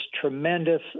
tremendous